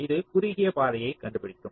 இது குறுகிய பாதையை கண்டுபிடிக்கும்